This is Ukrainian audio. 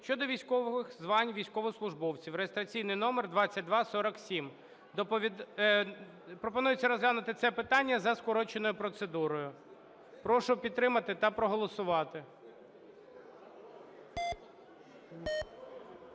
щодо військових звань військовослужбовців (реєстраційний номер 2247). Пропонується розглянути це питання за скороченою процедурою. Прошу підтримати та проголосувати.